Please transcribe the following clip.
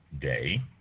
Day